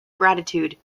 gratitude